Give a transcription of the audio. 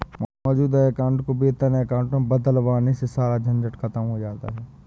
मौजूद अकाउंट को वेतन अकाउंट में बदलवाने से सारा झंझट खत्म हो जाता है